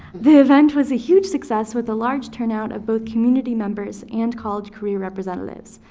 the event was a huge success with a large turnout of both community members and college career representatives.